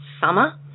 Summer